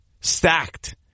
Stacked